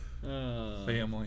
Family